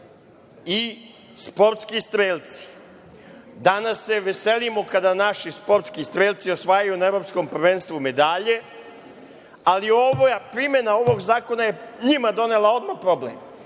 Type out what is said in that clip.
i sportski strelci. Danas se veselimo kada naši sportski strelci osvajaju na evropskom prvenstvu medalje, ali primena ovog zakona je njima odmah donela